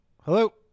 Hello